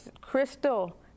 Crystal